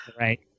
right